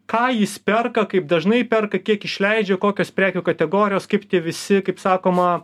ką jis perka kaip dažnai perka kiek išleidžia kokios prekių kategorijos kaip tie visi kaip sakoma